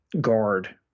guard